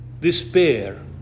despair